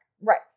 Right